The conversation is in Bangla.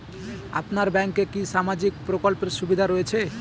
আপনার ব্যাংকে কি সামাজিক প্রকল্পের সুবিধা রয়েছে?